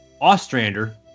Ostrander